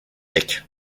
tech